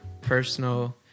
personal